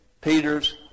Peter's